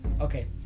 Okay